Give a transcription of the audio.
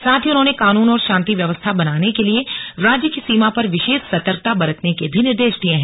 साथ ही उन्होंने कानून और शांति व्यवस्था बनाने के लिए राज्य की सीमा पर विशेष सतर्कता बरतने के भी निर्देश दिये हैं